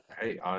Hey